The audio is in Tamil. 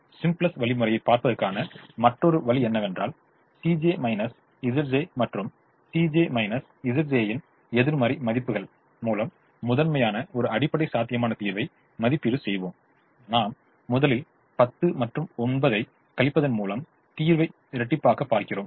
சிம்ப்ளக்ஸ் வழிமுறையைப் பார்ப்பதற்கான மற்றொரு வழி என்னவென்றால் மற்றும் இன் எதிர்மறை மதிப்புகள் மூலம் முதன்மையான ஒரு அடிப்படை சாத்தியமான தீர்வை மதிப்பீடு செய்வோம் நாம் முதலில் 10 மற்றும் 9 ஐ கழிப்பதின் மூலம் தீர்வை இரட்டிப்பாகப் பார்க்கிறோம்